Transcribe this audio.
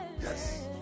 Yes